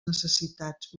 necessitats